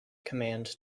command